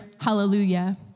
hallelujah